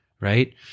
right